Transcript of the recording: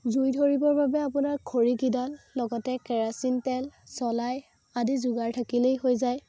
জুই ধৰিবৰ কাৰণে আপোনাৰ খৰিকেইডাল লগতে কেৰাচিন তেল চলাই আদি যোগাৰ থাকিলেই হৈ যায়